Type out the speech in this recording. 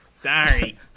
sorry